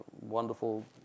wonderful